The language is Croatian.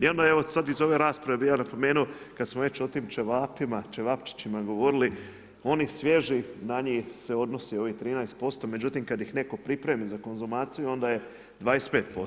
I onda evo sad iz ove rasprave bih ja napomenuo kada smo već o tim ćevapima, ćevapčićima govorili onih svježih na njih se odnosi ovih 13%, međutim kad ih netko pripremi za konzumaciju onda je 25%